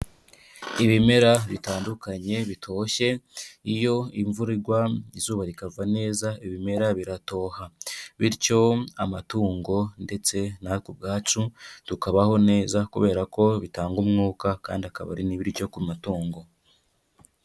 Ibimera bitandukanye bitoshye, iyo imvura igwa izuba rikava neza ibimera biratoha bityo amatungo ndetse natwe ubwacu tukabaho neza kubera ko bitanga umwuka kandi akaba ari n'ibiryo ku matungo.